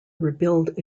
rebuild